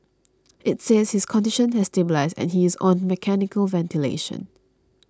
it says his condition has stabilised and he is on mechanical ventilation